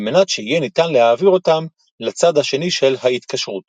על מנת שיהיה ניתן להעביר אותם לצד השני של ההתקשרות.